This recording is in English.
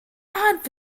harvard